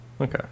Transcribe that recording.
Okay